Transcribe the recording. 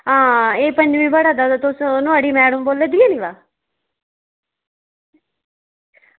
हां एह् पंञमीं पढ़ा दा ते तुस नुहाड़ी मैडम बोला दियां नी बा